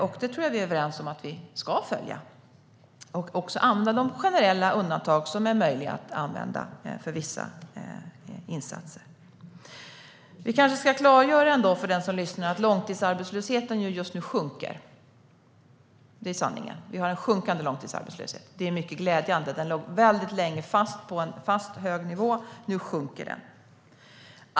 Det tror jag att vi är överens om, liksom att vi ska använda de generella undantag som är möjliga för vissa insatser. För den som lyssnar kanske vi ändå ska klargöra att långtidsarbetslösheten just nu sjunker. Det är sanningen. Vi har en sjunkande långtidsarbetslöshet. Det är mycket glädjande. Den låg länge fast på en hög nivå, men nu sjunker den.